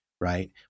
right